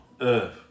earth